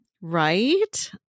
Right